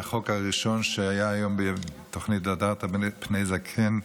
החוק הראשון שהיה היום בתוכנית "והדרת פני זקן"